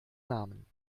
namen